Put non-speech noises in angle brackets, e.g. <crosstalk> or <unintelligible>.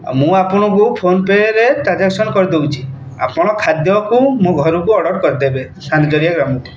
ଆଉ ମୁଁ ଆପଣଙ୍କୁ ଫୋନ୍ପେରେ ଟ୍ରାଞ୍ଜାକ୍ସନ୍ କରିଦେଉଛି ଆପଣ ଖାଦ୍ୟକୁ ମୋ ଘରକୁ ଅର୍ଡ଼ର୍ କରିଦେବେ <unintelligible>